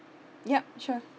yup sure